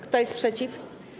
Kto jest przeciw?